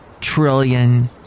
trillion